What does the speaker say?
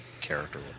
character